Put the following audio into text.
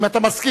אם אתה מסכים.